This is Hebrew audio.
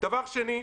דבר שני,